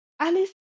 Alice